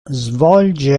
svolge